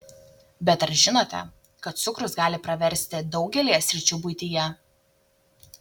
bet ar žinote kad cukrus gali praversti daugelyje sričių buityje